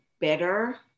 better